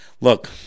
Look